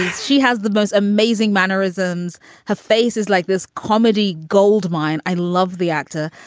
she has the most amazing mannerisms her face is like this comedy gold mine. i love the actor.